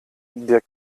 der